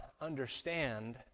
understand